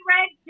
Red